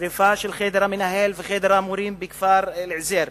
שרפת חדר המנהל וחדר המורים פעמיים בכפר אל-עוזייר,